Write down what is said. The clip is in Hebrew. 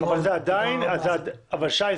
שי,